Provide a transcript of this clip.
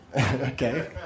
Okay